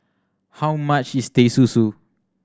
how much is Teh Susu